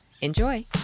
Enjoy